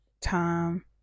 time